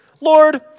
Lord